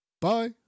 Bye